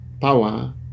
power